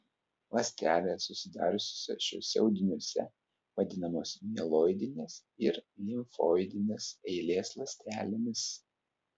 ląstelės susidariusios šiuose audiniuose vadinamos mieloidinės ir limfoidinės eilės ląstelėmis